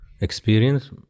experience